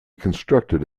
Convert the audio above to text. constructed